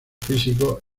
físicos